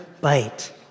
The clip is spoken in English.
bite